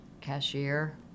cashier